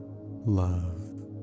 love